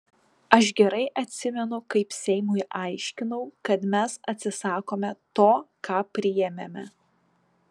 aš gerai atsimenu kaip seimui aiškinau kad mes atsisakome to ką priėmėme